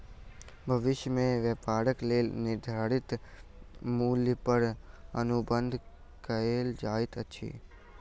भविष्य में व्यापारक लेल निर्धारित मूल्य पर अनुबंध कएल जाइत अछि